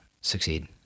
succeed